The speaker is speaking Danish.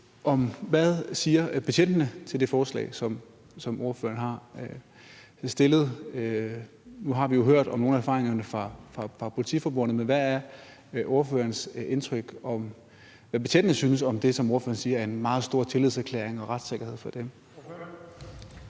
hvad betjentene siger til det forslag, som ordføreren har fremsat. Nu har vi jo hørt om nogle af erfaringerne fra Politiforbundet, men hvad er ordførerens indtryk af, hvad betjentene synes om det, som ordføreren siger er en meget stor tillidserklæring og retssikkerhed for dem?